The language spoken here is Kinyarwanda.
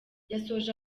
yasoje